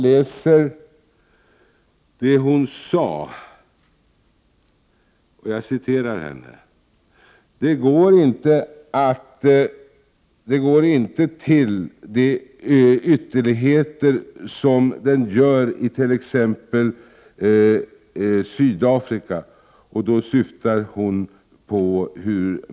På tal om hur oliktänkande bekämpas i hennes hemland Irland sade hon: ”Det går inte till de ytterligheter som det gör i t.ex. Sydafrika.